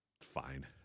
Fine